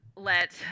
let